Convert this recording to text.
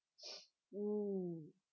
mm